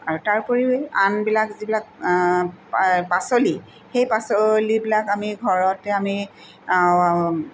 আৰু তাৰ উপৰিও আনবিলাক যিবিলাক পাচলি সেই পাচলিবিলাক আমি ঘৰতে আমি